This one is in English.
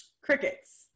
crickets